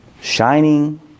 Shining